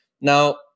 Now